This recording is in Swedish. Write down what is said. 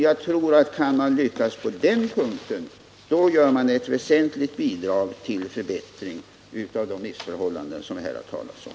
Jag tror att om man kan lyckas på den punkten, så åstadkommer man ett väsentligt bidrag till förbättring av de missförhållanden som här har talats om.